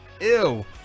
Ew